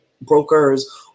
brokers